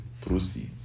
proceeds